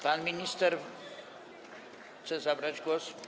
Pan minister chce zabrać głos?